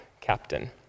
captain